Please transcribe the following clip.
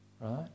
Right